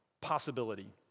possibility